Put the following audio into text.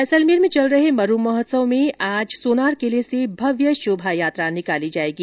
जैसलमेर में चल रहे मरु महोत्सव में आज सोनार किले से भव्य शोभा यात्रा निकाली जाएगी